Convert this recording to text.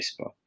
Facebook